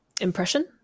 impression